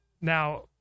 Now